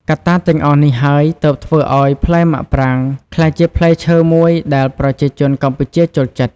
កត្តាទាំងអស់នេះហើយទើបធ្វើឲ្យផ្លែមាក់ប្រាងក្លាយជាផ្លែឈើមួយដែលប្រជាជនកម្ពុជាចូលចិត្ត។